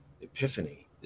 epiphany